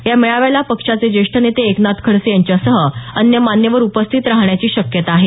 या मेळाव्याला पक्षाचे ज्येष्ठ नेते एकनाथ खडसे यांच्यासह अन्य मान्यवर उपस्थित राहण्याची शक्यता आहे